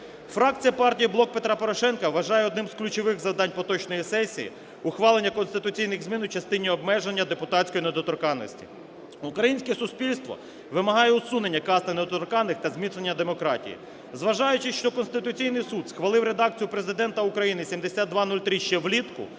Фракція партії "Блок Петра Порошенка" вважає одним з ключових завдань поточної сесії - ухвалення конституційних змін у частині обмеження депутатської недоторканності. Українське суспільство вимагає усунення касти недоторканних та зміцнення демократії. Зважаючи, що Конституційний Суд схвалив редакцію Президента України 7203 ще влітку,